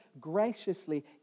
graciously